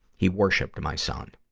he worshipped my son.